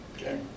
Okay